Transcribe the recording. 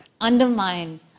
undermine